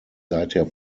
seither